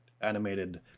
animated